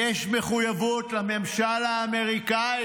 יש מחויבות לממשל האמריקאי.